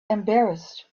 embarrassed